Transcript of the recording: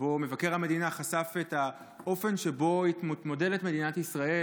שבו מבקר המדינה חשף את האופן שבו מתמודדת מדינת ישראל,